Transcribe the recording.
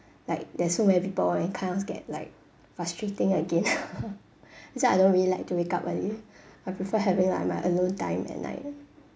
like there's so many people and it kind of get like frustrating again that's why I don't really like to wake up early I prefer having like my alone time at night